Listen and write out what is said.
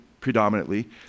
predominantly